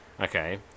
okay